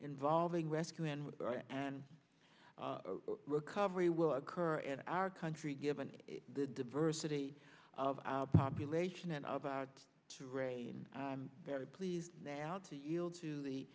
involving rescue and and recovery will occur in our country given the diversity of our population and of our to rain i'm very pleased now to the eel to the